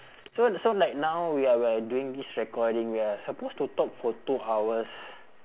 so so like now we are we are doing this recording we are supposed to talk for two hours